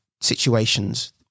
situations